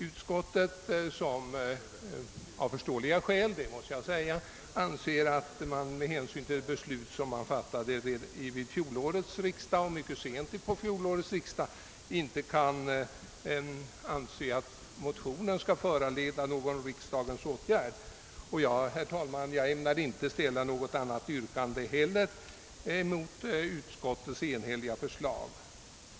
Utskottet anser — av förståeliga skäl — att motionen med hänsyn till det beslut som fattades mycket sent under fjolårets riksdag inte bör föranleda någon riksdagens åtgärd. Jag ämnar inte heller mot utskottets enhälliga utlåtande ställa något yrkande om bifall till motionen.